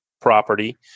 property